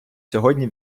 сьогодні